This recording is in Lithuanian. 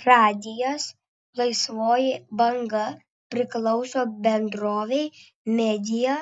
radijas laisvoji banga priklauso bendrovei media